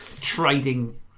trading